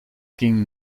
ging